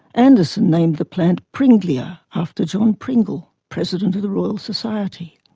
anderson named the plant pringlea, ah after john pringle, president of the royal society.